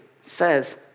says